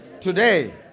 Today